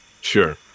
Sure